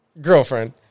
girlfriend